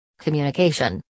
Communication